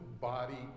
body